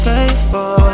Faithful